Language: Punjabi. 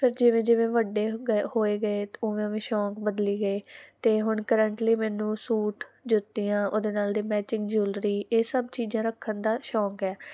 ਫਿਰ ਜਿਵੇਂ ਵੱਡੇ ਹੋਏ ਗਏ ਉਵੇਂ ਉਵੇਂ ਸ਼ੌਂਕ ਬਦਲੀ ਗਏ ਤੇ ਹੁਣ ਕਰੰਟਲੀ ਮੈਨੂੰ ਸੂਟ ਜੁੱਤੀਆਂ ਉਹਦੇ ਨਾਲ ਦੇ ਮੈਚਿੰਗ ਜੂਲਰੀ ਇਹ ਸਭ ਚੀਜ਼ਾਂ ਰੱਖਣ ਦਾ ਸ਼ੌਂਕ ਹੈ